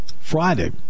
Friday